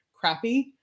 Crappy